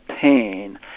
pain